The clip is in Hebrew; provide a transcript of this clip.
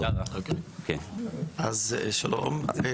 שלום.